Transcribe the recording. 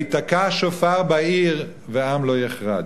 הייתקע שופר בעיר ועם לא יחרדו?